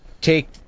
take